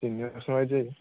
दिनैनासो माबायदि जायो